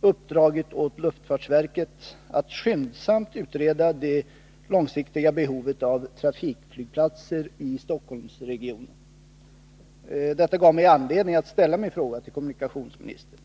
uppdragit åt luftfartsverket att skyndsamt utreda det långsiktiga behovet av trafikflygplatser i Stockholmsregionen. Detta gav mig anledning att ställa min fråga till kommunikationsministern.